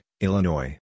Illinois